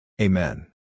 Amen